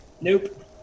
Nope